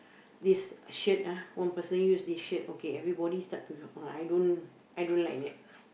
this shirt ah one person used this shirt okay everybody start to I don't I don't like that